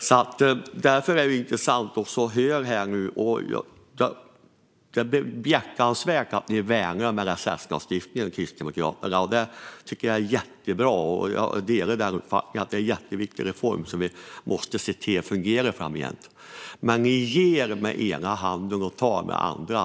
Det är behjärtansvärt att Kristdemokraterna värnar om LSS-lagstiftningen. Det tycker jag är jättebra. Jag delar uppfattningen att det är en mycket viktig reform, och vi måste se till att den framgent fungerar. Men ni ger med den ena handen och tar med den andra.